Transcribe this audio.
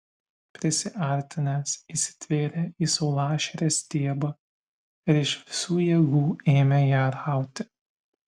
prisiartinęs įsitvėrė į saulašarės stiebą ir iš visų jėgų ėmė ją rauti